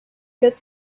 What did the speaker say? good